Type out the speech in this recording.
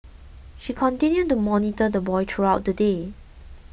she continued to monitor the boy throughout the day